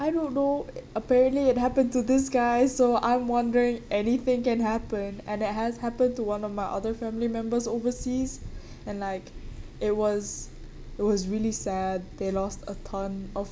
I don't know apparently it happened to this guy so I'm wondering anything can happen and it has happened to one of my other family members overseas and like it was it was really sad they lost a ton of